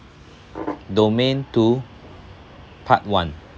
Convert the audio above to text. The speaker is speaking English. domain two part one